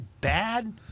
bad